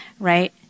Right